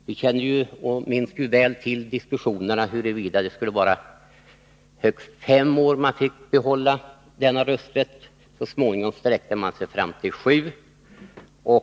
Vi minns mycket väl diskussionerna om huruvida det skulle vara i högst fem år som utlandssvenskar skulle få behålla sin rösträtt. Så småningom sträckte man sig till sju år.